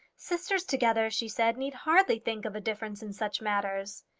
sisters together, she said, need hardly think of a difference in such matters.